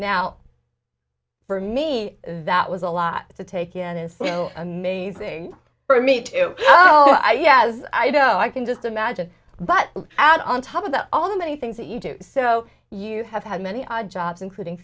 now for me that was a lot to take in and so amazing for me to know i yes i don't know i can just imagine but out on top of that all the many things that you do so you have had many jobs including